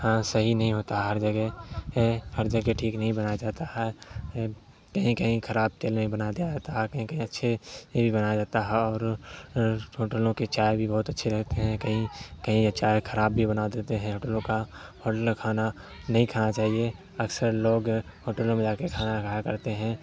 صحیح نہیں ہوتا ہر جگہ ہر جگہ ٹھیک نہیں بنایا جاتا ہے کہیں کہیں خراب تیل میں بھی بنا دیا جاتا ہے کہیں کہیں اچھے بنایا جاتا ہے اور ہوٹلوں کے چائے بھی بہت اچھے لگتے ہیں کہیں کہیں چائے خراب بھی بنا دیتے ہیں ہوٹلوں کا ہوٹل کا کھانا نہیں کھانا چاہیے اکثر لوگ ہوٹلوں میں جا کے کھانا کھایا کرتے ہیں